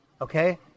Okay